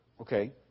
okay